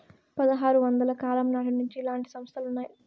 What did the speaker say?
పదహారు వందల కాలం నాటి నుండి ఇలాంటి సంస్థలు ఉన్నాయి